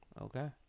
Okay